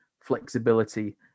flexibility